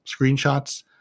screenshots